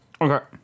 Okay